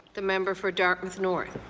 the member for dartmouth north.